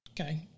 okay